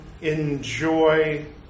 enjoy